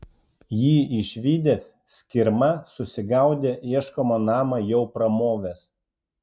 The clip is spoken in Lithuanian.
jį išvydęs skirma susigaudė ieškomą namą jau pramovęs